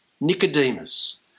Nicodemus